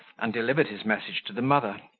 and delivered his message to the mother,